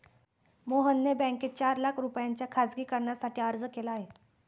मोहनने बँकेत चार लाख रुपयांच्या खासगी कर्जासाठी अर्ज केला आहे